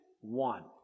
one